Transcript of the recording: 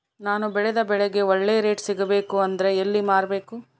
ನಾನು ಬೆಳೆದ ಬೆಳೆಗೆ ಒಳ್ಳೆ ರೇಟ್ ಸಿಗಬೇಕು ಅಂದ್ರೆ ಎಲ್ಲಿ ಮಾರಬೇಕು?